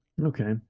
Okay